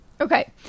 Okay